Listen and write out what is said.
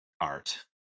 art